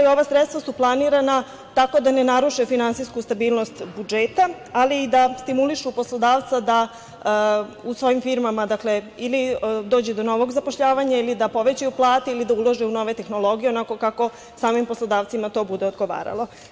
Ova sredstva su planirana tako da ne naruše finansijsku stabilnost budžeta, ali i da stimulišu poslodavca da u svojim firmama, dakle, ili dođe do novog zapošljavanja ili da povećaju plate ili ulože u nove tehnologije onako kako samim poslodavcima to bude odgovaralo.